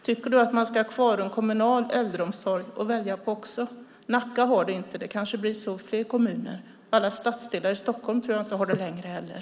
Tycker du att man ska ha kvar kommunal äldreomsorg att välja på också? Nacka har det inte, och det kanske blir så i fler kommuner. Alla stadsdelar i Stockholm tror jag inte har det längre heller.